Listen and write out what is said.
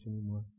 anymore